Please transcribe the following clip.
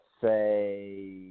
say